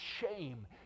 shame